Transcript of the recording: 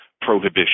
prohibition